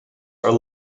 are